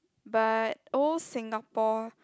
but old Singapore